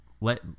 Let